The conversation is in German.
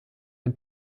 den